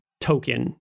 token